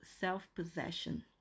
self-possession